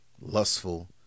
lustful